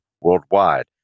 worldwide